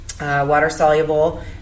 water-soluble